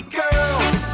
girls